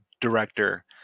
director